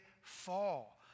fall